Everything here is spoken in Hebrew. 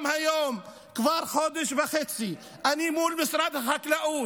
גם היום, כבר חודש וחצי, אני מול משרד החקלאות.